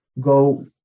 go